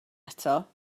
eto